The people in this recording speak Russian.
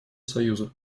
союза